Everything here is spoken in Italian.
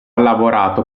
lavorato